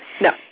No